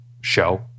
show